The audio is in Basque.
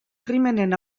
krimenen